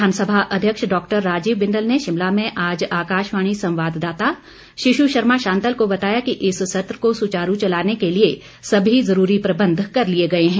विधानसभा अध्यक्ष डॉक्टर राजीव बिंदल ने शिमला में आज आकाशवाणी संवाद्दाता शिशु शर्मा शांतल को बताया कि इस सत्र को सुचारू चलाने के लिए सभी जरूरी प्रबंध कर लिए गए हैं